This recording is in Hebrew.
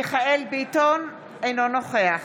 מיכאל ביטון, אינו נוכח